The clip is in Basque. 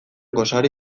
gosari